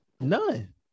None